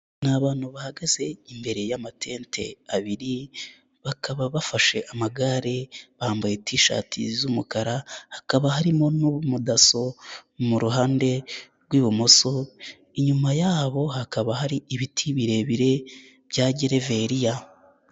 Ni abantu bahagaze imbere y'amatente abiri bakaba bafashe amagare bambaye tishati z'umukara, hakaba harimo n'umudaso mu ruhande rw'ibumoso, inyuma yabo hakaba hari ibiti birebire bya gereveriya.